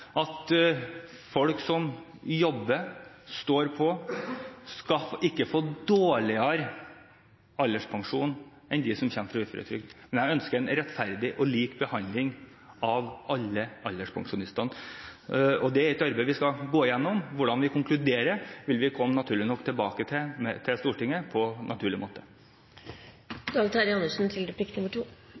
folk som jobber og står på, ikke skal få dårligere alderspensjon enn dem som går fra uføretrygd. Men jeg ønsker en rettferdig og lik behandling av alle alderspensjonister. Det er et arbeid vi skal gå igjennom. Hvordan vi konkluderer, vil vi naturlig nok komme tilbake til Stortinget med, på egnet måte. Statsråden skyver nå foran seg dem som arbeider til